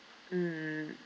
mm